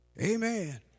Amen